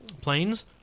planes